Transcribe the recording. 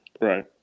right